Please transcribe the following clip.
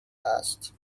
است